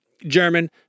german